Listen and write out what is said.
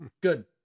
good